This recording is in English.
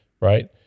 right